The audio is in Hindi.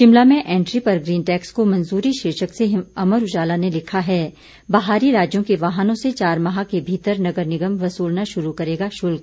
शिमला में एंट्री पर ग्रीन टैक्स को मंजूरी शीर्षक से अमर उजाला ने लिखा है बाहरी राज्यों के वाहनों से चार माह के भीतर नगर निगम वसूलना शुरू करेगा शुल्क